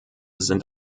sind